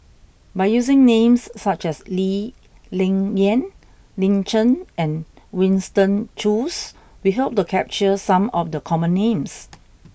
by using names such as Lee Ling Yen Lin Chen and Winston Choos we hope to capture some of the common names